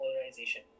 polarization